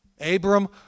Abram